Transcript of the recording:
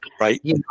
Right